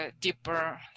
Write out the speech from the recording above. deeper